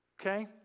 okay